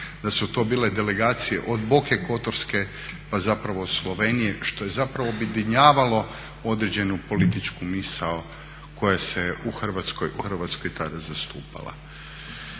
da su to bile delegacije od Boke kotorske pa zapravo Slovenije što je zapravo objedinjavalo određenu političku misao koja se u Hrvatskoj tada zastupala.